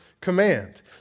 command